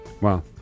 Wow